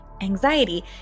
anxiety